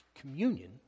communion